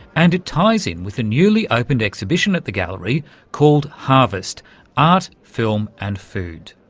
and it ties in with the newly-opened exhibition at the gallery called harvest art, film and food.